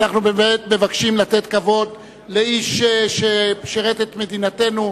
אנחנו מבקשים לתת כבוד לאיש ששירת את מדינתנו,